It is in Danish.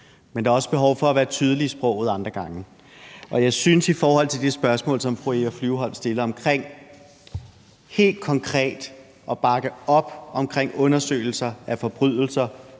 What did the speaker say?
andre gange behov for at være tydelig i sproget – også i forhold til det spørgsmål, som fru Eva Flyvholm stiller omkring helt konkret at bakke op om undersøgelser af forbrydelser,